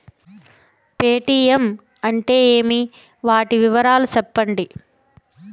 Paytm అంటే ఏమి, వాటి వివరాలు సెప్పండి?